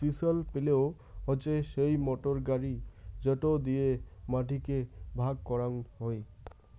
chisel পিলও হসে সেই মোটর গাড়ি যেটো দিয়ে মাটি কে ভাগ করাং হই